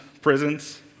prisons